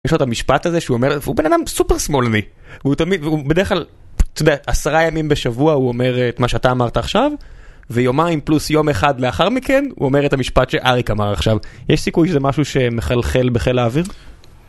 יש לו את המשפט הזה שהוא אומר, הוא בן אדם סופר-שמאלני והוא תמיד, הוא בדרך כלל עשרה ימים בשבוע הוא אומר את מה שאתה אמרת עכשיו ויומיים פלוס יום אחד מאחר מכן הוא אומר את המשפט שאריק אמר עכשיו יש סיכוי שזה משהו שמחלחל בחיל האוויר?